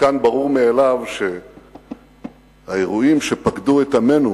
מכאן ברור מאליו שהאירועים שפקדו את עמנו